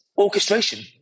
orchestration